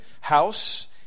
house